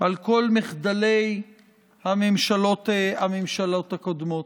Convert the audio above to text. על כל מחדלי הממשלות הקודמות.